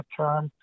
term